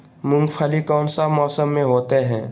मूंगफली कौन सा मौसम में होते हैं?